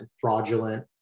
fraudulent